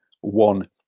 one